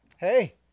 hey